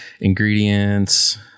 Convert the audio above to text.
Ingredients